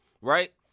right